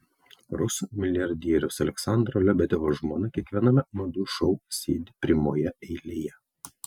rusų milijardieriaus aleksandro lebedevo žmona kiekviename madų šou sėdi primoje eilėje